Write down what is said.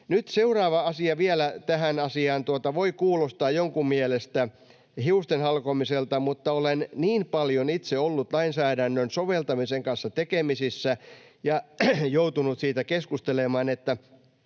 seuraava asia vielä tähän asiaan voi kuulostaa jonkun mielestä hiusten halkomiselta, mutta olen niin paljon itse ollut lainsäädännön soveltamisen kanssa tekemisissä ja joutunut siitä keskustelemaan, että